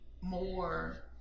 more